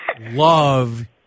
love